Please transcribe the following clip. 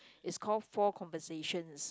is called four conversations